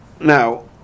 Now